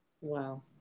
Wow